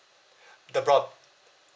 the broad~